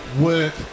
work